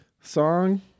Song